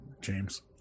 James